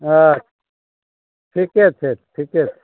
आछा ठीके छै ठीके